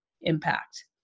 impact